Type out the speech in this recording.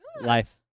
life